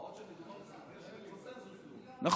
מה עוד שמדובר, נכון.